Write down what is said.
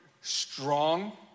strong